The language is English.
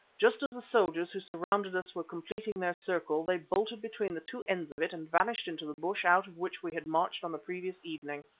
just as the soldiers who surrounded us were completing their circle they bolted between the two ends of it and vanished into the bush out of which we had marched on the previous evening.